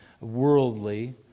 worldly